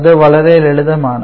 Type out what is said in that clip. അത് വളരെ ലളിതമാണ്